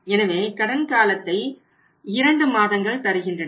எனவே கடன் காலத்தை 2 மாதங்கள் தருன்றன